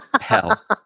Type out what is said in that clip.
hell